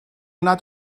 nad